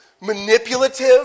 manipulative